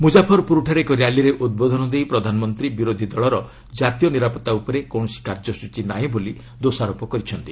ମୁଜାଫରପୁରଠାରେ ଏକ ର୍ୟାଲିରେ ଉଦ୍ବୋଧନ ଦେଇ ପ୍ରଧାନମନ୍ତ୍ରୀ ବିରୋଧୀ ଦଳର ଜାତୀୟ ନିରାପତ୍ତା ଉପରେ କୌଣସି କାର୍ଯ୍ୟସ୍ଚୀ ନାହିଁ ବୋଲି ଦୋଷାରୋପ କରିଛନ୍ତି